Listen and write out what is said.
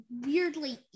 weirdly